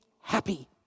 happy